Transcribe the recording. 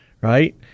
Right